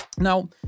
Now